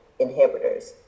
inhibitors